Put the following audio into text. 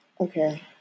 Okay